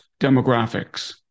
demographics